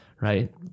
Right